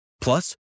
Plus